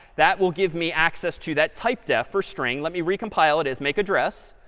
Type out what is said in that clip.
that will give me access to that typedef for string. let me recompile it as make address.